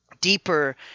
deeper